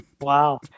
Wow